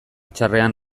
txarrean